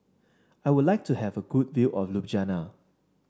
I would like to have a good view of Ljubljana